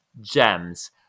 gems